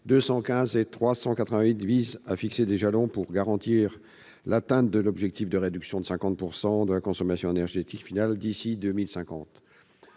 388 rectifié visent à fixer des jalons intermédiaires pour garantir l'atteinte de l'objectif de réduction de 50 % de la consommation énergétique finale d'ici à 2050.